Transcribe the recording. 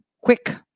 Quick